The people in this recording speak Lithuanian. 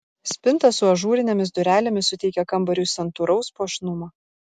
spinta su ažūrinėmis durelėmis suteikia kambariui santūraus puošnumo